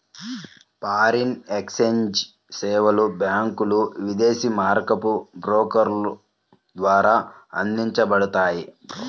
foreign exchange సేవలు బ్యాంకులు, విదేశీ మారకపు బ్రోకర్ల ద్వారా అందించబడతాయి